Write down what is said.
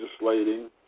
legislating